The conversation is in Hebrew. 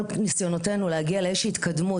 כל ניסיונותינו להגיע לאיזושהי התקדמות